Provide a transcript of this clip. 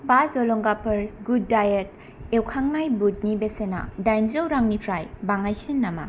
बा जलंगाफोर good diet एवखांनाय बुदनि बेसेना दाइनजौ रांनिफ्राय बाङायसिन नामा